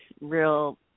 real